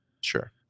Sure